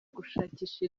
gushakisha